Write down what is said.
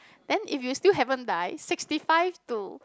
then if you still haven't die sixty five to